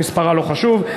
מספרה לא חשוב,